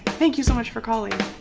thank you so much for calling